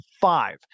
five